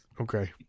Okay